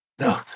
No